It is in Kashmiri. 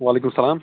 وعلیکُم اسَلام